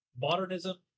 modernism